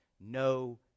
no